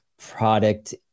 product